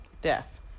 Death